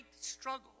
struggle